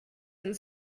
and